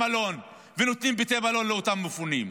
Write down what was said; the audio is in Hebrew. מלון ונותנים בתי מלון לאותם מפונים.